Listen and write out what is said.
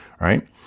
right